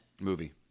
Movie